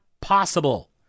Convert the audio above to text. possible